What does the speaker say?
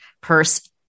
Purse